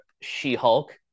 She-Hulk